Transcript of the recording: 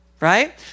Right